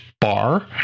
bar